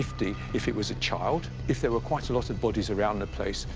fifty. if it was a child, if there were quite a lot of bodies around the place,